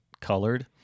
colored